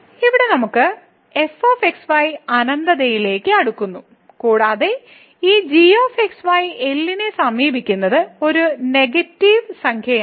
ഇവിടെ നമുക്ക് f x y അനന്തതയിലേക്ക് അടുക്കുന്നു കൂടാതെ ഈ g xy L നെ സമീപിക്കുന്നത് ഒരു നെഗറ്റീവ് സംഖ്യയാണ്